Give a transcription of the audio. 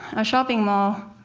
a shopping mall,